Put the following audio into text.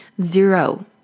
Zero